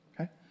okay